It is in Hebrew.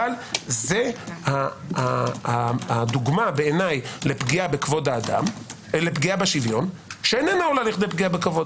אבל זה בעיניי הדוגמה לפגיעה בשוויון שאינה עולה כדי פגיעה בכבוד.